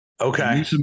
Okay